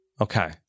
Okay